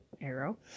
arrow